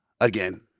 Again